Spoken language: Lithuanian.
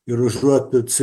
ir užuot civilizuotai